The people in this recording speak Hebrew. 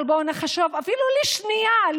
אבל בואו נחשוב אפילו לשנייה,